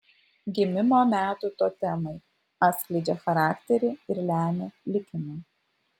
gimimo metų totemai atskleidžia charakterį ir lemia likimą